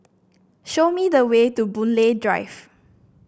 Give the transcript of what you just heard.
show me the way to Boon Lay Drive